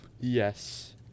yes